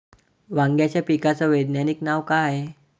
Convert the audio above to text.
वांग्याच्या पिकाचं वैज्ञानिक नाव का हाये?